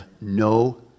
no